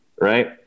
right